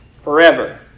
Forever